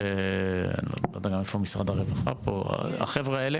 לא יודע איפה משרד הרווחה פה, החבר'ה האלה